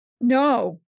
no